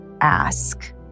ask